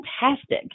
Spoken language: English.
fantastic